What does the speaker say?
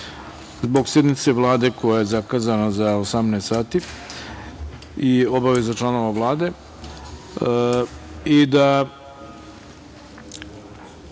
zbog sednice Vlade koja je zakazana za 18.00 časova i obaveza članova Vlade,